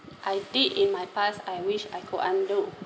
I did in my past I wish I could undo